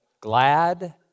glad